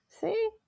See